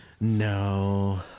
No